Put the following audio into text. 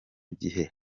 gihe